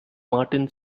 martin